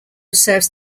serves